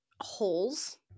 holes